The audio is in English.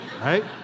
right